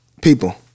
People